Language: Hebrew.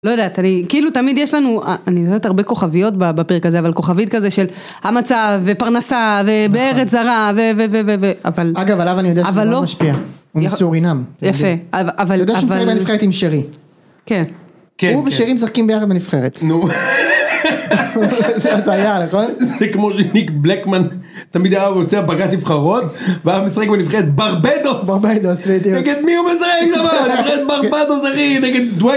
לא יודעת אני כאילו תמיד יש לנו אני יודעת הרבה כוכביות בפרק הזה אבל כוכבית כזה של המצב ופרנסה ובארץ זרה ו.. ו.. ו.. ו.. אבל אגב עליו אני יודע שזה לא משפיע. סורינם יפה אבל אבל אני יודע שהוא שיחק בנבחרת עם שרי. כן הוא ושרי משחקים ביחד בנבחרת נו זה היה נכון זה כמו שניק בלאקמן תמיד היה רוצה פגרת נבחרות והיא משחק בנבחרת ברבדוס נגד מי הוא משחק נבחרת ברבדוס אחי נגד ...